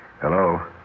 Hello